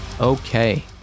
Okay